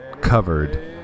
covered